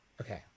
okay